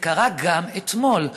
זה קרה גם אתמול.